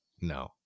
no